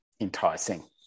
enticing